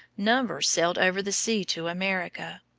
numbers sailed over the sea to america.